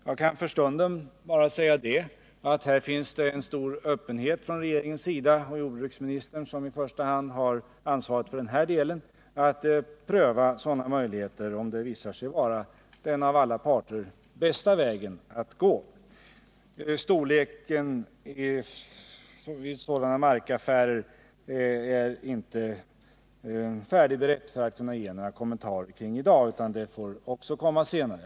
Jag kan för stunden bara säga att det här finns en stor öppenhet hos regeringen och jordbruksministern — som i första hand har ansvaret för den här delen — vi är beredda att pröva sådana möjligheter, om det visar sig vara den väg som alla parter anser är bäst att gå. Frågan om storleken av sådana markaffärer är inte tillräckligt beredd för att jag skall kunna göra några kommentarer i dag. De får komma senare.